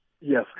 yes